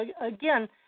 again